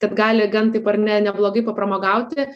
tad gali gan taip ar ne neblogai papramogauti